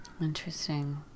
Interesting